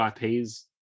IPs